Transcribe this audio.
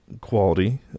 quality